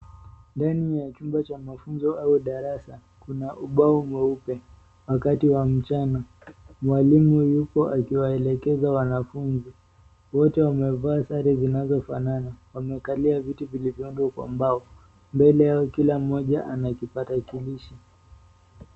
Ndani ya chumba cha mafunzo au darasa, kuna ubao mweupe, wakati wa mchana. Mwalimu yuko akiwaelekeza wanafunzi, wote wamevaa sare zinazofanana. Wamekalia viti vilivyoundwa kwa mbao, mbele yao kila mmoja ana kipatakilishi.